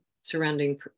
surrounding